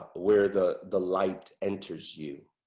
where the the light enters you.